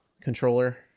controller